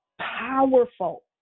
powerful